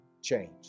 change